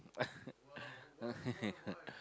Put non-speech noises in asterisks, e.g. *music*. *laughs*